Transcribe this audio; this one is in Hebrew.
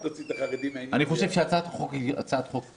חלק מהם נמצאים בהצעת החוק שכבר הונחה בשעתו על-ידי ועדת חוקה,